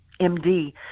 MD